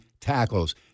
tackles